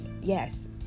yes